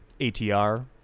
ATR